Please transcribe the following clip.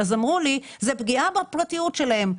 אז אמרו לי שזאת פגיעה בפרטיות שלהם.